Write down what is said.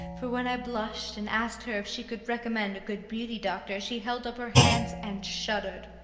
for when i blushed and asked her if she could recommend a good beauty doctor she held up her hands and shuddered.